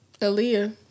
Aaliyah